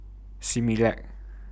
Similac